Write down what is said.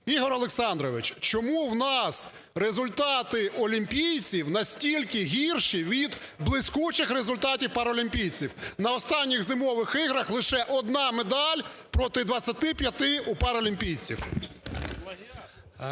Ігор Олександрович, чому в нас результати олімпійців настільки гірші від блискучих результатів паралімпійців, на останніх зимових іграх лише одна медаль проти 25 у паралімпійці?